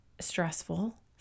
stressful